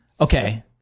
Okay